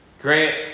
grant